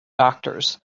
doctors